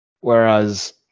Whereas